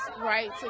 right